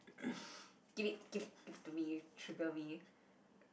give it give it give it to me you trigger me